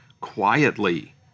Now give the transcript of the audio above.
quietly